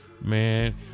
man